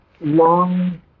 long